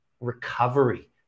recovery